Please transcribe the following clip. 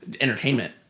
entertainment